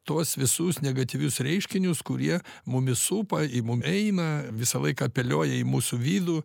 tuos visus negatyvius reiškinius kurie mumis supa į mum eina visą laiką apeliuoja į mūsų vidų